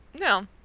No